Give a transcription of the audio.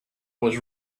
was